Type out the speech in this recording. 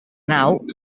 nau